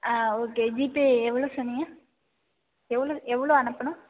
ஆ okay GPay எவ்வளோ சொன்னிங்க எவ்வளோ எவ்வளோ அனுப்பனும்